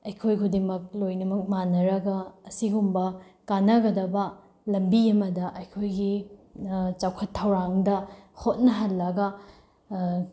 ꯑꯩꯈꯣꯏ ꯈꯨꯗꯤꯡꯃꯛ ꯂꯣꯏꯅꯃꯛ ꯃꯥꯟꯅꯔꯒ ꯑꯁꯤꯒꯨꯝꯕ ꯀꯥꯟꯅꯒꯗꯕ ꯂꯝꯕꯤ ꯑꯃꯗ ꯑꯩꯈꯣꯏꯒꯤ ꯆꯥꯎꯈꯠ ꯊꯧꯔꯥꯡꯗ ꯍꯣꯠꯅꯍꯜꯂꯒ